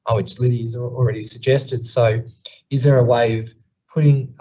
um which lydia's and already suggested. so is there a way of putting,